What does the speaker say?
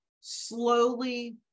slowly